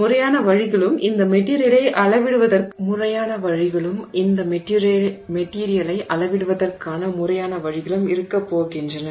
முறையான வழிகளும் இந்த மெட்டிரியலை அளவிடுவதற்கான முறையான வழிகளும் இருக்கப்போகின்றன